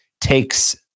takes